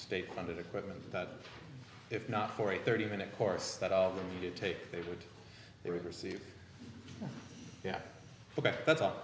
state funded equipment that if not for a thirty minute course that all of them did take they would they would receive yeah that's